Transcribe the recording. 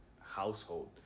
household